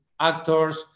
actors